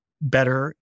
better